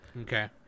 okay